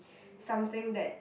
something that